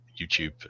YouTube